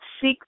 seek